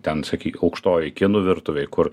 ten sakyk aukštojoj kinų virtuvėj kur